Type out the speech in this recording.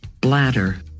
Bladder